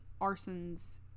arsons